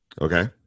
Okay